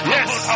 Yes